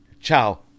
ciao